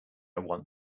want